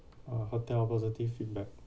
uh hotel positive feedback